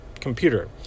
computer